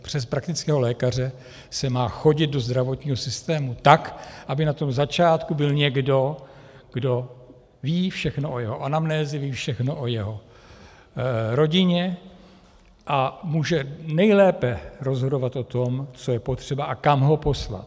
Přes praktického lékaře se má chodit do zdravotního systému tak, aby na tom začátku byl někdo, kdo ví všechno o jeho anamnéze, ví všechno o jeho rodině a může nejlépe rozhodovat o tom, co je potřeba a kam ho poslat.